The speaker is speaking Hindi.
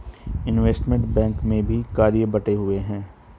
इनवेस्टमेंट बैंक में भी कार्य बंटे हुए हैं